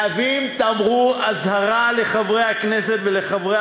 מהווים תמרור אזהרה לחברי הכנסת ולחברי